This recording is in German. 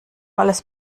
alles